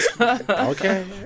Okay